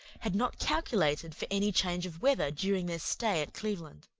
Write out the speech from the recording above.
had not calculated for any change of weather during their stay at cleveland.